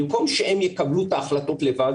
במקום שהם יקבלו את ההחלטות לבד